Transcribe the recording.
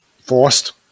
Forced